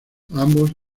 ambos